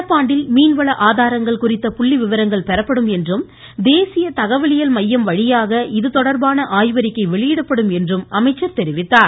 நடப்பாண்டில் மீன் வள ஆதாரங்கள் குறித்த புள்ளி விவரங்கள் பெறப்படும் என்றும் தேசிய தகவலியல் மையம்வழியாக இதுதொடர்பான வெளியிடப்படும் என்றும் அமைச்சர் தெரிவித்தார்